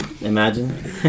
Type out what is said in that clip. imagine